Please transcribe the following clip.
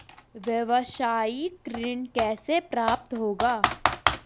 व्यावसायिक ऋण कैसे प्राप्त होगा?